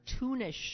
cartoonish